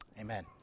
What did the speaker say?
Amen